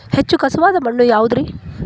ಹೆಚ್ಚು ಖಸುವಾದ ಮಣ್ಣು ಯಾವುದು ರಿ?